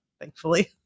Thankfully